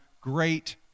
great